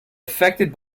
affected